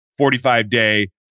45-day